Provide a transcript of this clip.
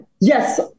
Yes